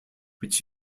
which